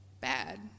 bad